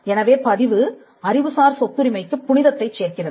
எனவே பதிவு அறிவுசார் சொத்துரிமைக்குப் புனிதத்தைச் சேர்க்கிறது